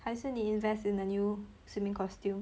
还是你 invest in a new swimming costume